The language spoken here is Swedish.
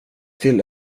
till